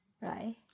Right